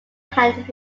hand